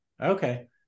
Okay